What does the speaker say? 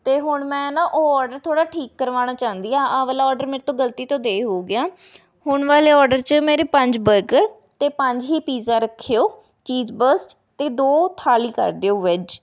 ਅਤੇ ਹੁਣ ਮੈਂ ਨਾ ਉਹ ਆਰਡਰ ਥੋੜ੍ਹਾ ਠੀਕ ਕਰਵਾਉਣਾ ਚਾਹੁੰਦੀ ਹਾਂ ਆਹ ਵਾਲਾ ਆਰਡਰ ਮੇਰੇ ਤੋਂ ਗਲਤੀ ਤੋਂ ਦੇ ਹੋ ਗਿਆ ਹੁਣ ਵਾਲੇ ਆਰਡਰ 'ਚ ਮੇਰੇ ਪੰਜ ਬਰਗਰ ਅਤੇ ਪੰਜ ਹੀ ਪੀਜ਼ਾ ਰੱਖਿਓ ਚੀਜ਼ ਬੱਸਟ ਅਤੇ ਦੋ ਥਾਲੀ ਕਰ ਦਿਉ ਵੈੱਜ਼